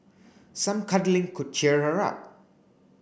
some cuddling could cheer her up